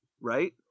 right